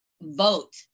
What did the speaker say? Vote